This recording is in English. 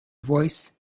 voice